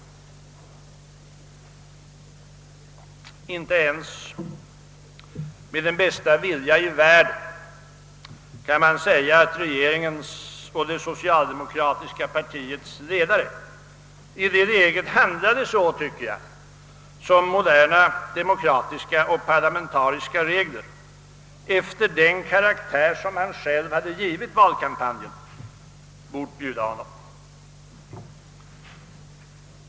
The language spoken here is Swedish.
Inte med den bästa vilja i världen kan man säga, att regeringens och det socialdemokratiska partiets ledare i detta läge handlade så som moderna demokratiska och parlamentariska regler — efter den karaktär som han själv hade givit valkampanjen — bort bjuda honom.